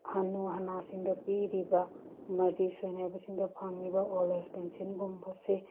ꯍꯅꯨ ꯍꯅꯥꯁꯤꯡꯗ ꯄꯤꯔꯤꯕ ꯑꯃꯗꯤ ꯁꯣꯏꯅꯥꯏꯕꯁꯤꯡꯗ ꯐꯪꯏꯕ ꯑꯣꯜ ꯑꯦꯖ ꯄꯦꯟꯁꯤꯟꯒꯨꯝꯕꯁꯦ